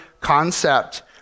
concept